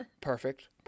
perfect